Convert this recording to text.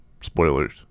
Spoilers